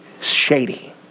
shady